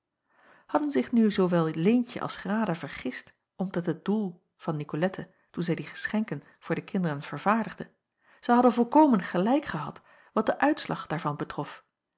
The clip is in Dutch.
hadden zich nu zoowel leentje als grada vergist omtrent het doel van nicolette toen zij die geschenken voor de kinderen vervaardigde zij hadden volkomen gelijk gehad wat den uitslag daarvan betrof